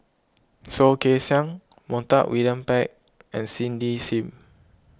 Soh Kay Siang Montague William Pett and Cindy Sim